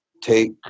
take